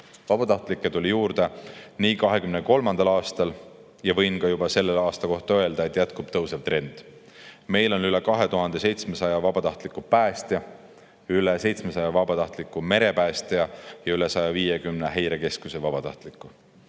Vabatahtlikke tuli 2023. aastal juurde ja võin ka juba selle aasta kohta öelda, et jätkub tõusev trend. Meil on üle 2700 vabatahtliku päästja, üle 700 vabatahtliku merepäästja ja üle 150 Häirekeskuse vabatahtliku.